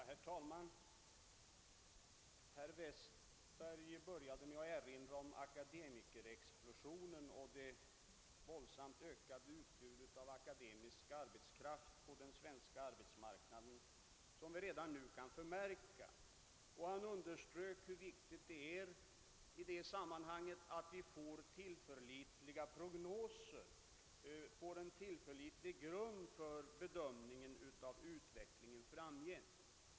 Herr talman! Herr Westberg i Ljusdal började med att erinra om akademikerexplosionen och om det våldsamt ökade utbudet av akademisk arbetskraft på vår arbetsmarknad. Han underströk också hur viktigt det är med tillförlitliga prognoser och en tillförlitlig grund för bedömningen av den framtida utvecklingen.